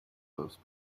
those